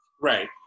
Right